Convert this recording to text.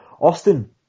Austin